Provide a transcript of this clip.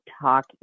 talk